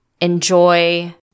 enjoy